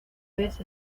vez